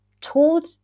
told